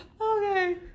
Okay